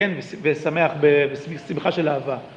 ושמח בשמחה של אהבה.